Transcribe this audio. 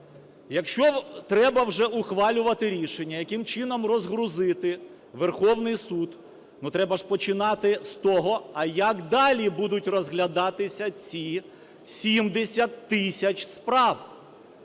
Якщо треба вже ухвалювати рішення: яким чином розгрузити Верховний Суд, ну, треба ж починати з того а як далі будуть розглядатися ці 70 тисяч справ.